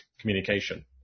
communication